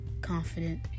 confident